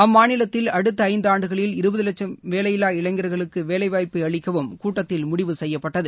அம்மாநிலத்தில் அடுத்த ஐந்தாண்டுகளில் இருபது லட்சம் வேலையில்லா இளைஞர்களுக்கு வேலைவாய்ப்பை அளிக்கவும் கூட்டத்தில் முடிவு செய்யப்பட்டது